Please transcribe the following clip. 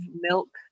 milk